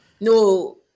No